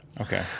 Okay